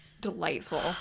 delightful